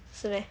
是 meh